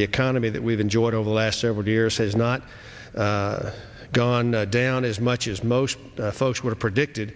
the economy that we've enjoyed over the last several years has not gone down as much as most folks were predicted